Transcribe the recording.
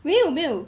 没有没有